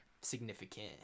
significant